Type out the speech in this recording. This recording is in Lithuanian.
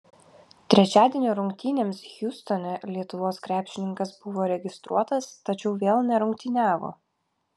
trečiadienio rungtynėms hjustone lietuvos krepšininkas buvo registruotas tačiau vėl nerungtyniavo